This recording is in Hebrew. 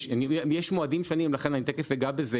יש מועדים שונים ולכן אני תכף אגע בזה